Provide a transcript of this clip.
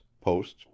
posts